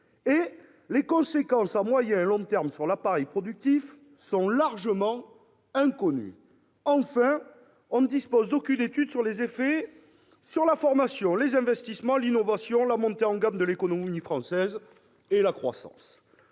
« les conséquences à moyen et long terme sur l'appareil productif sont largement inconnues ». Enfin, « on ne dispose d'aucune étude sur leurs effets sur la formation, les investissements, l'innovation, la montée en gamme de l'économie française et sur la croissance